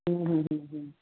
ਹੂੰ ਹੂੰ ਹੂੰ ਹੂੰ